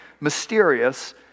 mysterious